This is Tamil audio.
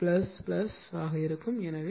எனவே ஆக இருக்கும் ஆக இருக்கும்